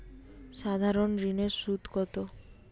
সাধারণ ঋণের সুদ কত?